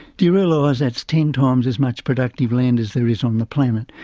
do you realise that's ten times as much productive land as there is on the planet?